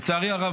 לצערי הרב,